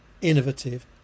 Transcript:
innovative